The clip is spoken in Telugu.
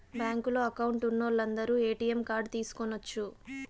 బ్యాంకులో అకౌంట్ ఉన్నోలందరు ఏ.టీ.యం కార్డ్ తీసుకొనచ్చు